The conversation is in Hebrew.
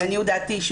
לעניות דעתי,